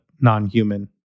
non-human